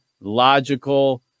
logical